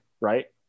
right